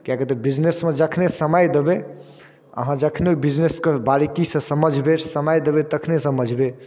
किएक कि तऽ बिजनेसमे जखने समय देबै अहाँ जखने बिजनेसके बारीकीसँ समझबै समय देबै तखने समझबै